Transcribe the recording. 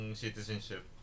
citizenship